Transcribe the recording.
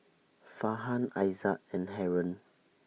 Farhan Aizat and Haron